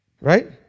right